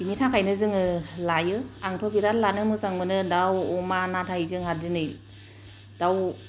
बिनिथाखायनो जोंङो लायो आंथ' बिराद लानो मोजां मोनो दाउ अमा नाथाय जोंहा दिनै दाउ